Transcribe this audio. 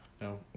No